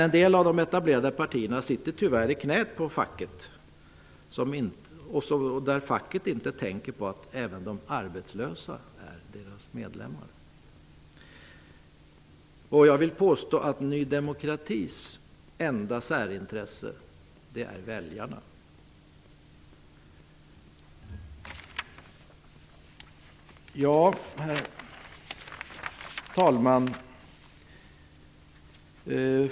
En del av de etablerade partierna sitter tyvärr i knät på facket. Facket tänker inte på att även de arbetslösa är deras medlemmar. Jag vill påstå att Ny demokratis enda särintresse är väljarna. Herr talman!